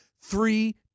Three